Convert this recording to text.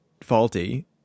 faulty